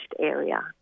area